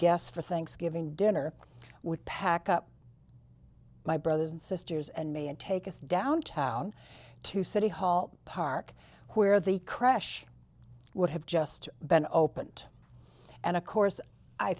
guests for thanksgiving dinner would pack up my brothers and sisters and me and take us downtown to city hall park where the crash would have just been opened and of course i